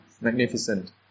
Magnificent